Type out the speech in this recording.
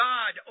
God